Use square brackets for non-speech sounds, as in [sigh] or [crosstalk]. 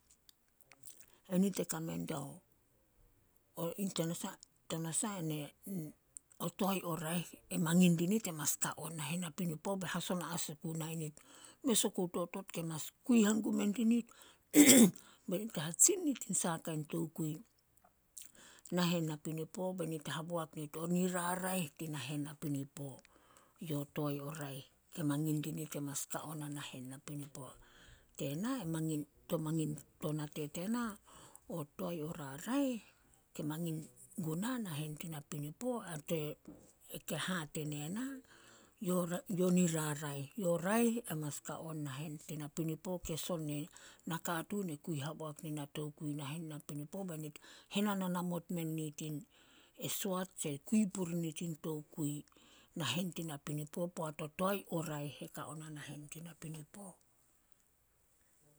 [noise] Enit e kame dao [unintelligible] tanasah- tanasah [unintelligible] o toae o raeh e mangin dinit e mas ka on nahen napinipo ba hasona as [unintelligible] nai nit mes oku o totot ke mas kui hangum men dinit, [noise] be nit hatsin nit saha kain tokui, nahen napinipo be nit haboak nit o niraraeh tin nahen napinipo. Yo toae o raeh ke mangin dinit ke mas ka ona nahen napinipo. Tena, [unintelligible] to nate tena, o toae o raraeh ke mangin guna nahen tin napinipo, a [unintelligible] ke hate ne na, yo [hesitation] niraraeh. Yo raeh e mas ka on nahen tin napinipo ke son ni nakatuun e kui haboak nina tokui nahen napinipo be nit henananamot menit in, e soat tse kui puri nit in tokui, nahen tin napinipo poat o toae o raeh e ka ona nahen tin napinipo.